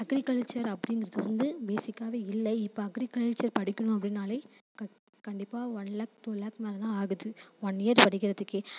agriculture அப்படிங்கிறது வந்து பேஸிக்காகவே இல்லை இப்போ அக்ரிகல்ச்சர் படிக்கணும் அப்படின்னாலே க கண்டிப்பாக ஒன் லேக் டூ லேக் மேலே தான் ஆகுது ஒன் இயர் படிக்கிறதுக்கே